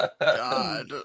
God